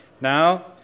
Now